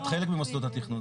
את חלק ממוסדות התכנון,